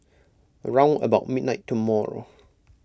round about midnight tomorrow